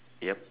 yup